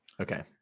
Okay